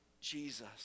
Jesus